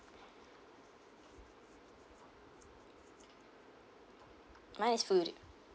minus food